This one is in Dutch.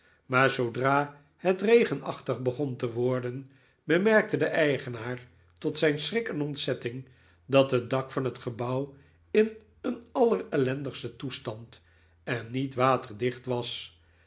maar zoodra het regenachtig begon te worden bemerkte de eigenaartot zijn schrik en ontzetting dat het dak van het gebouw in een allerellendigsten toestand en niet waterdicht was